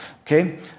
okay